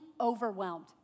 overwhelmed